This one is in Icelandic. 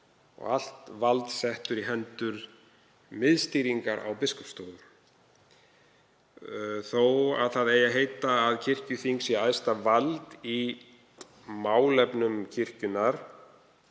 allt vald sett í hendur miðstýringar á Biskupsstofu þó að það eigi að heita að kirkjuþing sé æðsta vald í málefnum kirkjunnar,